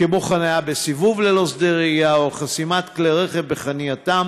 כמו חניה בסיבוב ללא שדה ראייה או חסימת כלי רכב בחנייתם.